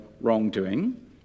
wrongdoing